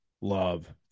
love